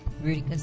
Rudy